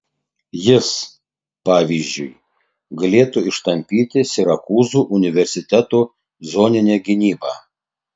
jis pavyzdžiui galėtų ištampyti sirakūzų universiteto zoninę gynybą